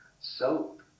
soap